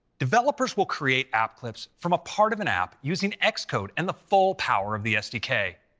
developers will create app clips from a part of an app, using xcode and the full power of the sdk.